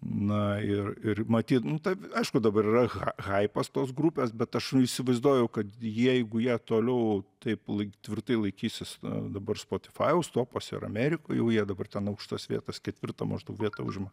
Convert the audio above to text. na ir ir matyt nu taip aišku dabar yra haipas tos grupės bet aš įsivaizduoju kad jeigu jie toliau taip tvirtai laikysis dabar spotifajaus topuose ir amerikoj jau dabar ten aukštas vietas ketvirtą maždaug vietą užima